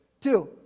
Two